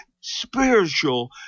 spiritual